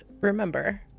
remember